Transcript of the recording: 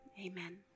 Amen